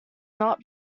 not